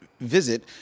visit